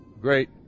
Great